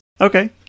Okay